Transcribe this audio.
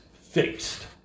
fixed